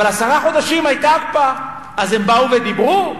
אבל עשרה חודשים היתה הקפאה, אז הם באו ודיברו?